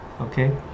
Okay